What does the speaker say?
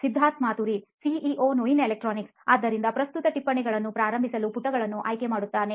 Siddharth Maturi CEO ನೋಯಿನ್ ಎಲೆಕ್ಟ್ರಾನಿಕ್ಸ್ಆದ್ದರಿಂದ ಪ್ರಸ್ತುತ ಟಿಪ್ಪಣಿಗಳನ್ನೂ ಪ್ರಾರಂಭಿಸಲು ಪುಟವನ್ನು ಆಯ್ಕೆ ಮಾಡುವುದು